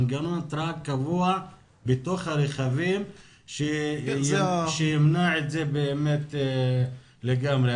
מנגנון התרעה קבוע בתוך הרכבים שימנע את זה באמת לגמרי.